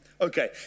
Okay